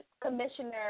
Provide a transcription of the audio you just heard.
Commissioner